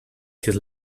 his